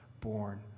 born